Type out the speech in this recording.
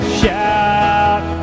shout